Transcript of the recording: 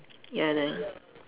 ya then